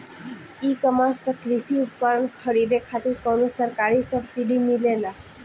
ई कॉमर्स पर कृषी उपकरण खरीदे खातिर कउनो सरकारी सब्सीडी मिलेला?